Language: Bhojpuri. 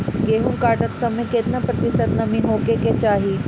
गेहूँ काटत समय केतना प्रतिशत नमी होखे के चाहीं?